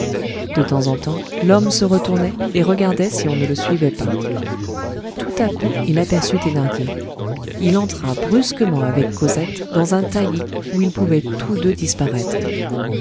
de temps en temps l'homme se retournait et regardait si on ne le suivait pas tout à coup il aperçut thénardier il entra brusquement avec cosette dans un taillis où ils pouvaient tous deux disparaître